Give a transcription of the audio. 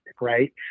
right